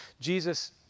Jesus